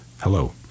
Hello